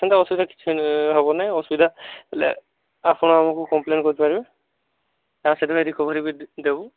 ସେମତିକା ଅସୁବିଧା କିଛି ହେବନାହିଁ ଅସୁବିଧା ହେଲେ ଆପଣ ଆମକୁ କମ୍ପଲେନ୍ କରିପାରିବେ ତାସହିତ ରିକୋଭରି ବି ଦେବୁ